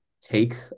take